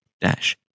dash